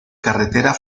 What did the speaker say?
carretera